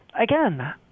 again